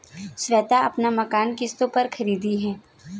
श्वेता अपना मकान किश्तों पर खरीदी है